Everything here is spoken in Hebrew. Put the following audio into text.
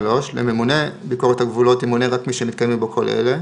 (3) לממונה ביקורת הגבולות ימונה רק מי שמתקיימים בו כל אלה: